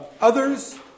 Others